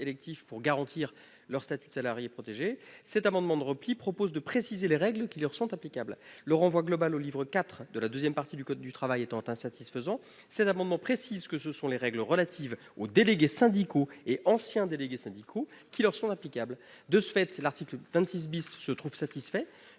électif pour garantir leur statut de salarié protégé, le présent amendement tend à préciser les règles qui leur sont applicables. Le renvoi global au livre IV de la deuxième partie du code du travail étant insatisfaisant, il faudrait préciser que ce sont les règles relatives aux délégués syndicaux et anciens délégués syndicaux qui leur sont applicables. Ainsi, l'article 26 serait satisfait,